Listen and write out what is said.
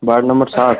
ward number सात